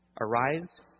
arise